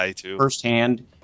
firsthand